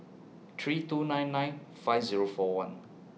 three two nine nine five Zero four one